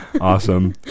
awesome